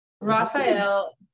Raphael